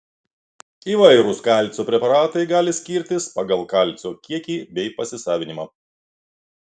įvairūs kalcio preparatai gali skirtis pagal kalcio kiekį bei pasisavinimą